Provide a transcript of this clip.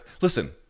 listen